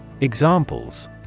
Examples